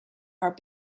our